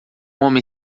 homem